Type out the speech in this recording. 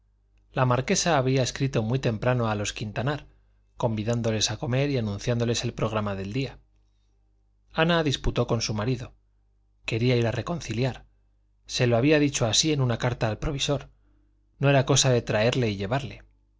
la marquesa había escrito muy temprano a los quintanar convidándoles a comer y anunciándoles el programa del día ana disputó con su marido quería ir a reconciliar se lo había dicho así en una carta al provisor no era cosa de traerle y llevarle